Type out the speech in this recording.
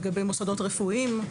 לגבי מוסדות רפואיים.